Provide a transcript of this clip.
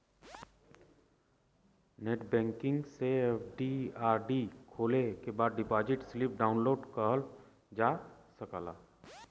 net banking से FD RD खोले के बाद डिपाजिट स्लिप डाउनलोड किहल जा सकला